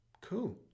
Cool